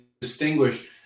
distinguish